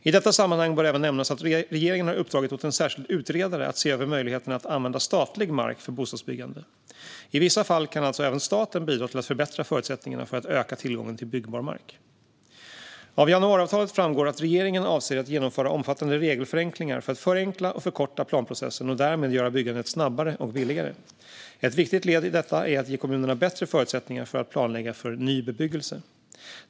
I detta sammanhang bör även nämnas att regeringen har uppdragit åt en särskild utredare att se över möjligheterna att använda statlig mark för bostadsbyggande. I vissa fall kan alltså även staten bidra till att förbättra förutsättningarna för att öka tillgången till byggbar mark. Av januariavtalet framgår att regeringen avser att genomföra omfattande regelförenklingar för att förenkla och förkorta planprocessen och därmed göra byggandet snabbare och billigare. Ett viktigt led i detta är att ge kommunerna bättre förutsättningar för att planlägga för ny bebyggelse.